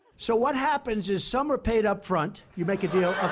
so, what happens is some are paid up front. you make a deal